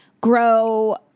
grow